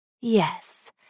yes